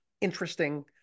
interesting